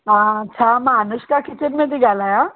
हा छा मां अनुष्का किचन में थी ॻाल्हायां